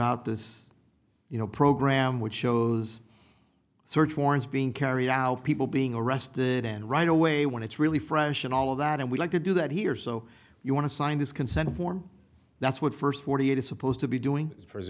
out this you know program which shows search warrants being carried out people being arrested and right away when it's really fresh and all of that and we like to do that here so you want to sign this consent form that's what first forty eight is supposed to be doing